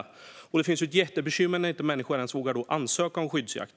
Då blir det ett jättebekymmer när människor inte ens vågar ansöka om skyddsjakt.